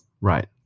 Right